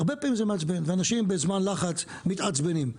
אנשים בזמן לחץ מתעצבנים.